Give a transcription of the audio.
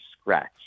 scratch